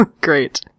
Great